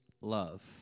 love